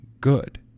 good